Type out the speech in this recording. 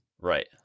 Right